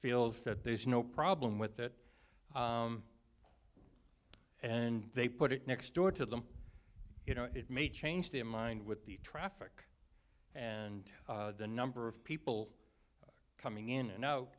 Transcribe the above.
feels that there's no problem with that and they put it next door to them you know it may change their mind with the traffic and the number of people coming in and